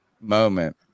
moment